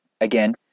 again